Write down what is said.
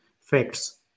facts